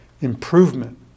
improvement